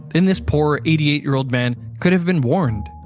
then this poor eighty eight year old man could have been warned.